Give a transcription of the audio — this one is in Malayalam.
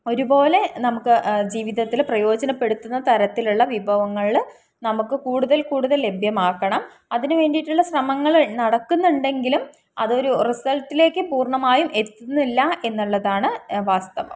ഒരുപോലെ നമുക്ക് ജീവിതത്തില് പ്രയോജനപ്പെടുത്തുന്ന തരത്തിലുള്ള വിഭവങ്ങളില് നമുക്ക് കൂടുതൽ കൂടുതൽ ലഭ്യമാക്കണം അതിന് വേണ്ടിയിട്ടുള്ള ശ്രമങ്ങള് നടക്കുന്നുണ്ടെങ്കിലും അതൊരു റിസൾട്ടിലേക്ക് പൂർണ്ണമായും എത്തുന്നില്ലെന്നുള്ളതാണ് വാസ്തവം